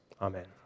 Amen